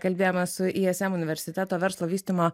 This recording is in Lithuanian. kalbėjome su ism universiteto verslo vystymo